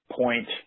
point